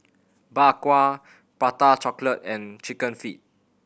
Bak Kwa Prata Chocolate and Chicken Feet